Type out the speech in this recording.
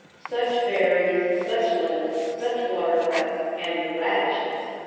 such berries, such lettuce, such water-cress, and the radishes!